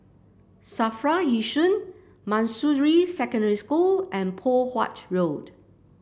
Safra Yishun Manjusri Secondary School and Poh Huat Road